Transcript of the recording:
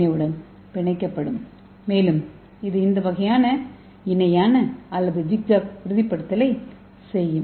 ஏ உடன் பிணைக்கப்படும் மேலும் இது இந்த வகையான இணையான அல்லது ஜிக்ஜாக் உறுதிப்படுத்தலை செய்யும்